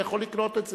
אתה יכול לקנות את זה,